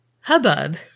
Hubbub